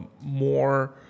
more